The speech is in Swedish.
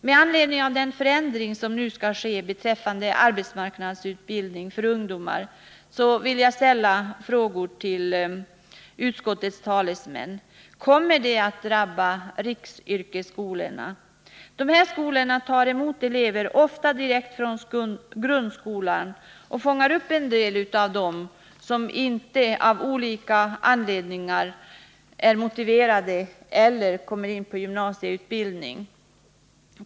Med anledning av den förändring som nu skall ske beträffande arbetsmarknadsutbildningen för ungdomar vill jag ställa några frågor till utskottets talesmän: Kommer denna förändring att drabba riksyrkesskolorna? Dessa skolor tar ofta emot elever direkt från grundskolan och fångar upp en del av dem som av olika anledningar inte är motiverade för eller inte kommer in på gymnasieutbildning.